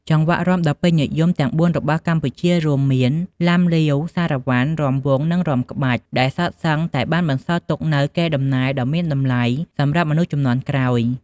ចង្វាក់រាំដ៏ពេញនិយមទាំងបួនរបស់កម្ពុជា រួមមាន ឡាំលាវ សារ៉ាវ៉ាន់ រាំវង់ និងរាំក្បាច់ ដែលសុទ្ធសឹងតែបានបន្សល់ទុកនូវកេរដំណែលដ៏មានតម្លៃសម្រាប់មនុស្សជំនាន់ក្រោយ។